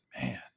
man